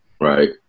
right